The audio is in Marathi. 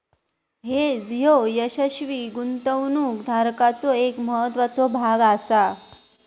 हेज ह्यो यशस्वी गुंतवणूक धोरणाचो एक महत्त्वाचो भाग आसा